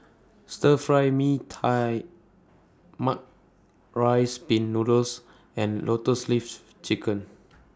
Stir Fry Mee Tai Mak Rice Pin Noodles and Lotus Leaf Chicken